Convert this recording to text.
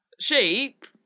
sheep